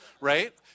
right